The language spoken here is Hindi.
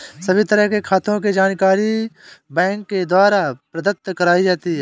सभी तरह के खातों के जानकारी बैंक के द्वारा प्रदत्त कराई जाती है